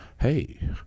Hey